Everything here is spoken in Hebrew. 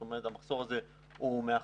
כלומר המחסור הזה מאחורינו.